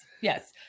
yes